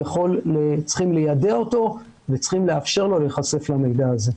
ושצריכים ליידע את הילד ולאפשר לו להיחשף למידע הזה.